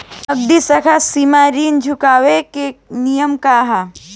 नगदी साख सीमा ऋण चुकावे के नियम का ह?